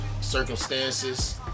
circumstances